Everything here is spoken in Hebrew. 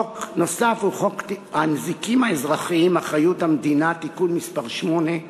חוק נוסף הוא חוק הנזיקים האזרחיים (אחריות המדינה) (תיקון מס' 8),